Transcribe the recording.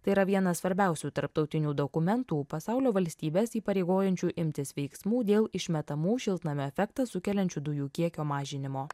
tai yra vienas svarbiausių tarptautinių dokumentų pasaulio valstybes įpareigojančių imtis veiksmų dėl išmetamų šiltnamio efektą sukeliančių dujų kiekio mažinimo